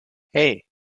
hey